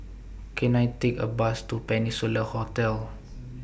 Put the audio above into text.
Can I Take A Bus to Peninsula Hotel